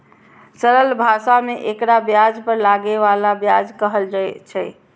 सरल भाषा मे एकरा ब्याज पर लागै बला ब्याज कहल छै